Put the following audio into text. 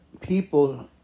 people